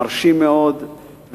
מרשים מאוד,